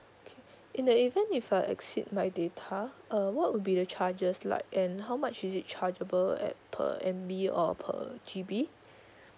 okay in the even if I exceed my data uh what would be the charges like and how much is it chargeable at per M_B or per G_B